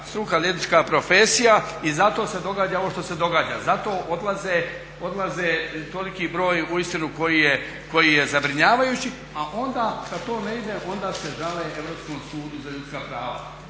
struka, liječnička profesija i zato se događa ovo što se događa, zato odlaze toliki broj koji je zabrinjavajući. A onda kada to ne ide onda se žale Europskom sudu za ljudska prava.